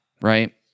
right